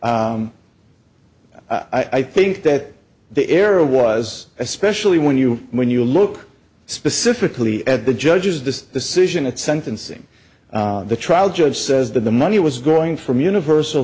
now i think that the era was especially when you when you look specifically at the judge's this decision at sentencing the trial judge says that the money was growing from universal